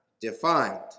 defined